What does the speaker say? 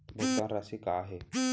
भुगतान राशि का हे?